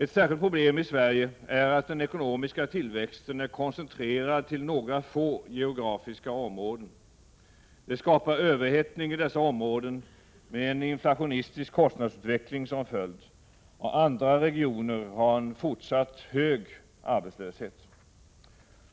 Ett särskilt problem i Sverige är att den ekonomiska tillväxten är koncentrerad till några få geografiska områden. Det skapar överhettning i dessa områden med en inflationistisk kostnadsutveckling som följd. Andra regioner har en fortsatt hög arbetslöshet.